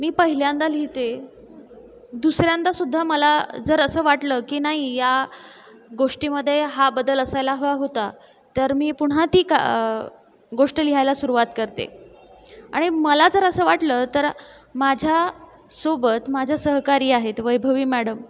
मी पहिल्यांदा लिहिते दुसऱ्यांदासुद्धा मला जर असं वाटलं की नाही ह्या गोष्टीमध्ये हा बदल असायला हवा होता तर मी पुन्हा ती का गोष्ट लिहायला सुरुवात करते आणि मला जर असं वाटलं तर माझ्यासोबत माझ्या सहकारी आहेत वैभवी मॅडम